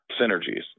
synergies